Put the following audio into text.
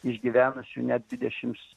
išgyvenusių net dvidešims